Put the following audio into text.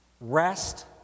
rest